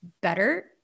better